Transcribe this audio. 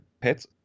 pets